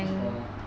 cash ball